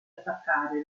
attaccare